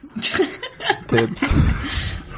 tips